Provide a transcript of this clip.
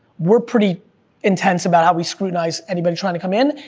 we're pretty intense about how we scrutinize anybody trying to come in,